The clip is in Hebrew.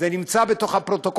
זה נמצא בפרוטוקול,